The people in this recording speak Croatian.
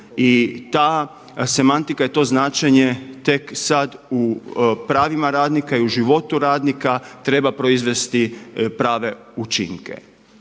I ta semantika i to značenje tek sada u pravima radnika i u životu radnika treba proizvesti prave učinke.